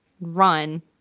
run